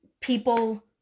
people